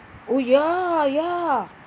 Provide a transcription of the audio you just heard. oh ya ya